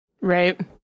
Right